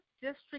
district